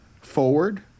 forward